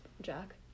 Jack